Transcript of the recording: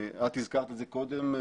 את הזכרת את זה קודם,